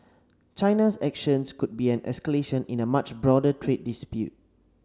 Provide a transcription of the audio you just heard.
China's action could be an escalation in a much broader trade dispute